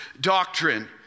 doctrine